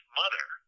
mother